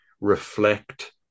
reflect